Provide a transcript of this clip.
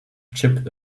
chipped